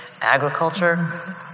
agriculture